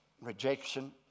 rejection